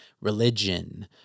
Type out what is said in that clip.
religion